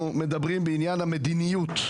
כל הזמן אומרים שלא מקבלים תשובות מהייעוץ המשפטי לוועדה.